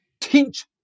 teach